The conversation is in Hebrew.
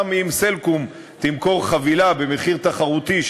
אם גם "סלקום" תמכור במחיר תחרותי חבילה